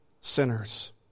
sinners